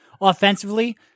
offensively